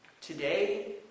today